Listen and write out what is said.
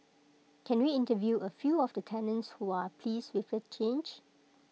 can we interview A few of the tenants who are pleased with the change